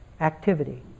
activity